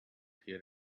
here